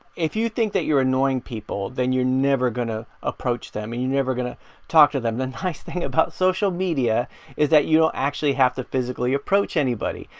if you think that you're annoying people, then you're never going to approach them and you never gonna talk to them. then nice thing about social media is that you don't actually have to physically approach anybody.